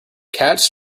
cats